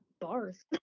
bars